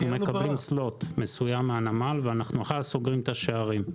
אנחנו מקבלים slot מסוים מהנמל ואחריו סוגרים את השערים.